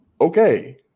okay